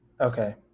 Okay